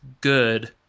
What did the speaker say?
good